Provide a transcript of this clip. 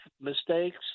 mistakes